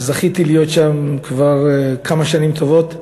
וזכיתי להיות שם כבר כמה שנים טובות,